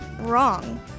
wrong